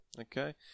Okay